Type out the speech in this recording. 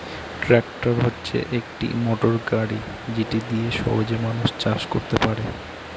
tractor হচ্ছে একটি motor গাড়ি যেটা দিয়ে সহজে মানুষ চাষ করতে পারে